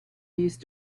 used